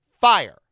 fire